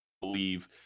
believe